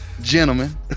Gentlemen